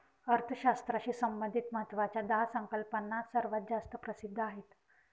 अर्थशास्त्राशी संबंधित महत्वाच्या दहा संकल्पना सर्वात जास्त प्रसिद्ध आहेत